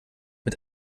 mit